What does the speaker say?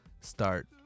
start